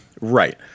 right